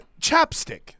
Chapstick